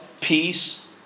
peace